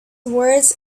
words